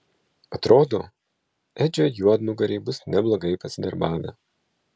atrodo edžio juodnugariai bus neblogai pasidarbavę